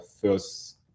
first